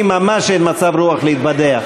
לי ממש אין מצב רוח להתבדח,